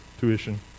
tuition